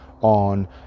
on